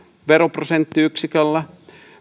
veroprosenttiyksiköllä